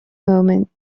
moments